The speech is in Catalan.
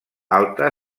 alta